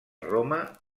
roma